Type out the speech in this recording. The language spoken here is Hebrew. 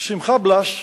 שמחה בלאס,